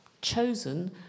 chosen